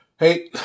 Hey